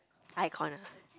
iKon ah